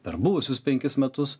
per buvusius penkis metus